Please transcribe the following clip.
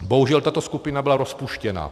Bohužel tato skupina byla rozpuštěna.